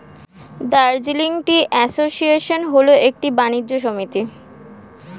Darjeeling tea association হল একটি বাণিজ্য সমিতি